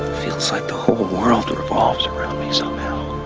feels like the whole world revolves around me somehow.